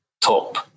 Top